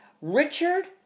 Richard